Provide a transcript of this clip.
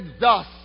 thus